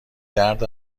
درد